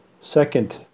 second